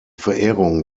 verehrung